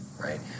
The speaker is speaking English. right